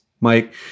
Mike